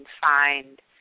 find